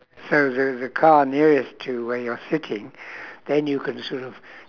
so the the car nearest to where you're sitting then you can sort of